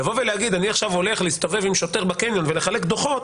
לבוא ולהגיד: אני עכשיו הולך להסתובב עם שוטר בקניון ולחלק דוחות,